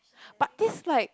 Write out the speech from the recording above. but that's like